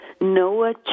noah